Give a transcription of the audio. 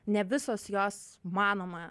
ne visos jos manoma